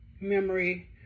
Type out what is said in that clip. memory